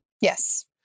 Yes